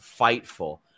Fightful